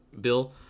Bill